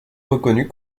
reconnue